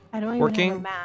working